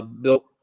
built